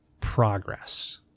progress